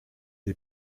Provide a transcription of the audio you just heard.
est